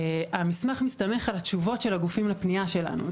המסמך מסתמך על התשובות של הגופים לפנייה שלנו.